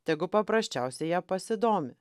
tegu paprasčiausiai ja pasidomi